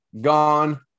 gone